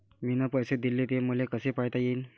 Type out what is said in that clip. मिन पैसे देले, ते मले कसे पायता येईन?